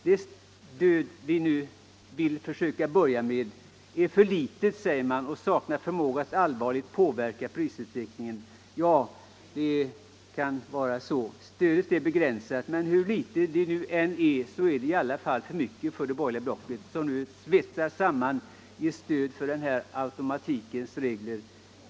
Det stöd vi nu vill försöka börja med är för litet, säger man, och saknar förmåga att allvarligt påverka prisutvecklingen. Ja, det kan vara så. Stödet är begränsat, men hur litet det nu än är så är det i alla fall för mycket för det borgerliga blocket, som nu svetsats samman i sitt stöd för automatikens regler.